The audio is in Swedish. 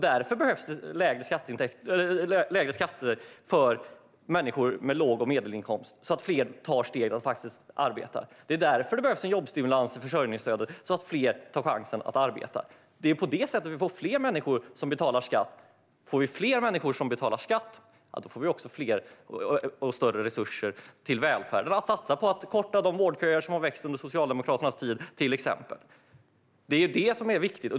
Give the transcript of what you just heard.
Därför behövs det lägre skatter för människor med låg inkomst och medelinkomst så att fler tar steget och arbetar. Det är därför det behövs en jobbstimulans i försörjningsstödet så att fler tar chansen att arbeta. Det är på det sättet vi får fler människor som betalar skatt. Om vi får fler människor som betalar skatt får vi också mer resurser till välfärden att satsa på att till exempel korta de vårdköer som har växt under Socialdemokraternas tid. Det är viktigt.